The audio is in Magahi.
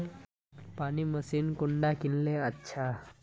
पानी मशीन कुंडा किनले अच्छा?